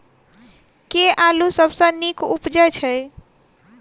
केँ आलु सबसँ नीक उबजय छै?